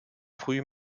früh